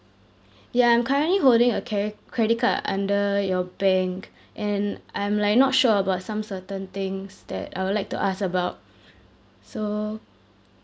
ya I'm currently holding a ceri~ credit card under your bank and I'm like not sure about some certain things that I would like to ask about so